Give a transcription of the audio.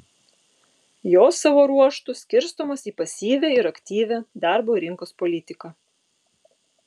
jos savo ruožtu skirstomos į pasyvią ir aktyvią darbo rinkos politiką